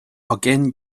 again